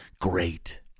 great